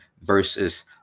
versus